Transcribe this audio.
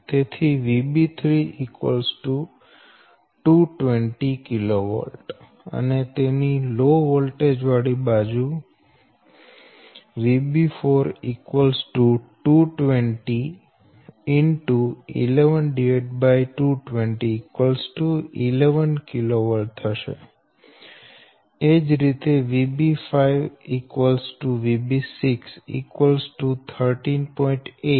તેથી VB3 220 kV અને તેની લો વોલ્ટેજ વાળી બાજુ VB4 220 11 kV એ જ રીતે VB5 VB6 13